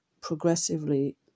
progressively